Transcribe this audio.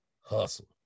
hustle